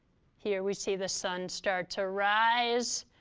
here we see the sun start to rise.